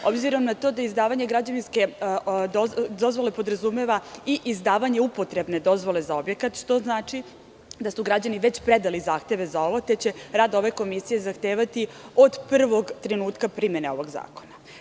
S obzirom na to da izdavanje građevinske dozvole podrazumeva i izdavanje upotrebne dozvole za objekta, što znači da su građani već predali zahtev za ovo, te će rad ove komisije zahtevati od prvog trenutka primene ovog zakona.